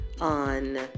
on